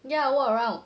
ya walk around